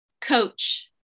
coach